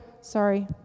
Sorry